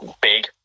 big